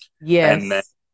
Yes